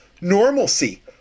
normalcy